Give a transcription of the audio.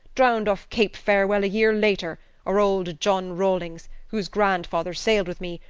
drowned off cape farewell a year later or old john rawlings, whose grandfather sailed with me,